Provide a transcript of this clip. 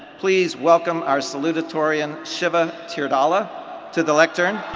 please welcome our salutatorian shiva teerdhala to the lectern.